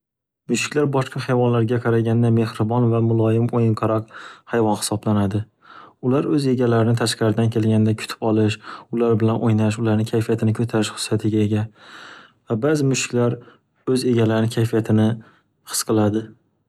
Muyshiklar boshqa hayvonlarga qaraganda mehribon va muloyim o'yinqaroq hayvon hisoblanadi. Ular o'z egalarini tashqaridan kelganda kutib olish, ular bilan o'ynash, ularni kayfiyatini ko'tarish hususiyatiga ega va ba'zi mushuklar o'z egalarini kayfiyatini his qiladi.